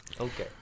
Okay